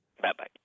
Bye-bye